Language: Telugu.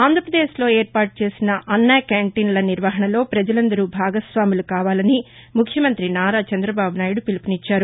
ఆంధ్రపదేశ్లో ఏర్పాటు చేసిన అన్న క్యాంటీన్ల నిర్వహణలో పజలందరూ భాగస్వాములు కావాలని ముఖ్యమంత్రి నారా చంద్రబాబు నాయుడు పిలుపునిచ్చారు